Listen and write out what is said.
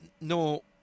no